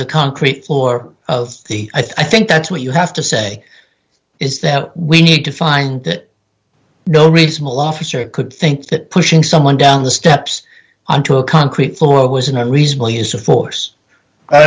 the concrete floor of the i think that's what you have to say is that we need to find that no reasonable officer could think that pushing someone down the steps onto a concrete